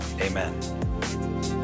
Amen